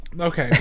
okay